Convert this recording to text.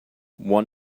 one